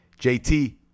JT